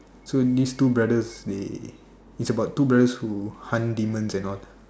so this two brothers they is about two brothers who hunt demons and all that